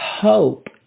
hope